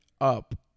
up